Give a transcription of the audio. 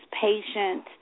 patient